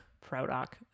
product